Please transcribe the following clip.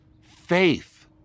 faith